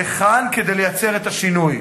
לכאן, כדי לייצר את השינוי,